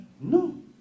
No